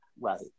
Right